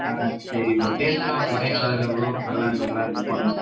ஆ சரி ப்ரோ டேஸ்ட்டல்லாம் ஒரு குறையும் வராது இல்லை ப்ரோ நல்லாயிருக்கும்ல